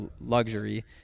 luxury